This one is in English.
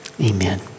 amen